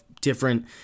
different